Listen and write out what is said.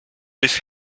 this